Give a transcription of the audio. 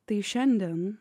tai šiandien